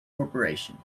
corporation